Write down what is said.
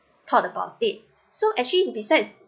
thought about it so actually besides